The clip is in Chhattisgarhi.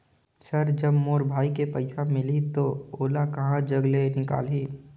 सर जब मोर भाई के पइसा मिलही तो ओला कहा जग ले निकालिही?